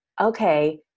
Okay